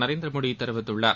நரேந்திரமோடி தெரிவித்துள்ளார்